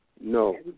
No